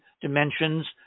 dimensions